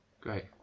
Great